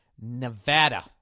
Nevada